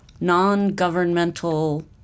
non-governmental